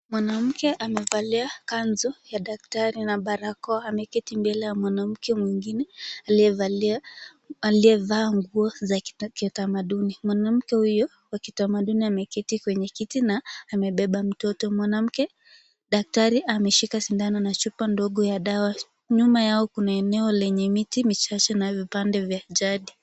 Mwanamke amevalia kanzu ya daktari na barakoa ameketi mbele ya mwanamke mwingine aliyevaa nguo za kitamaduni. Mwanamke huyu wa kitamaduni ameketi kwenye kiti na amebeba mtoto. Mwanamke daktari ameshika sindano na chupa ndogo ya dawa. Nyuma yao kuna eneo lenye miti michache na vipande vya jadi.